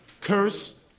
Curse